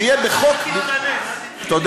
שיהיה בחוק, תודה.